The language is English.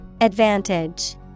Advantage